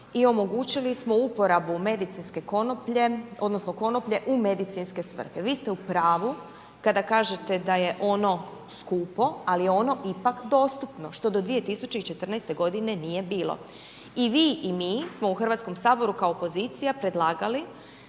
i omogućili smo uporabu medicinske konoplje odnosno konoplje u medicinske svrhe, vi ste u pravu kada kažete da je ono skupo ali je ono ipak dostupno što do 2014. g. nije bilo. I vi i mi smo u Hrvatskom saboru kao opozicija predlagali